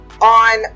on